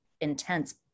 intense